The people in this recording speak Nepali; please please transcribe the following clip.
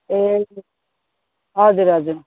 ए हजुर हजुर